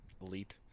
Elite